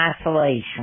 Isolation